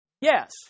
Yes